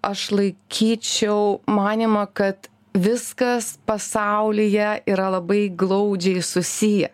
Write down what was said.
aš laikyčiau manymą kad viskas pasaulyje yra labai glaudžiai susiję